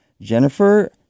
Jennifer